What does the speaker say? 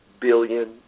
billion